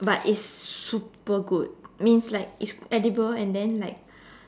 but it's super good means like it's edible and then like